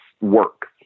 work